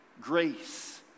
grace